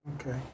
Okay